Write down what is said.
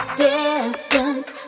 distance